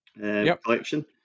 collection